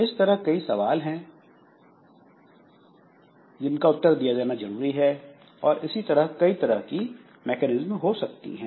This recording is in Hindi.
इस तरह कई सवाल हैं जिनका उत्तर दिया जाना जरूरी है और इसी तरह कई तरह की मैकेनिज्म हो सकती हैं